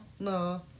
No